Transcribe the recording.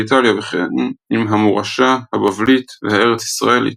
ואיטליה וכן עם המורשה הבבלית והארצישראלית,